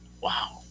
Wow